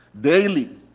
daily